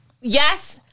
Yes